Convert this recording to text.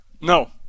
No